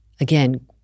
again